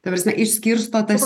ta prasme išskirsto tas